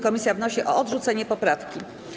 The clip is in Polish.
Komisje wnoszą o odrzucenie poprawki.